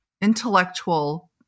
intellectual